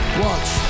watch